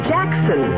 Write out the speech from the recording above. Jackson